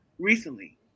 Recently